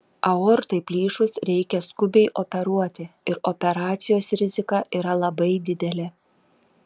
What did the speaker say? aortai plyšus reikia skubiai operuoti ir operacijos rizika yra labai didelė